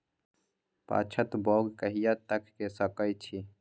पछात बौग कहिया तक के सकै छी?